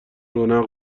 رونق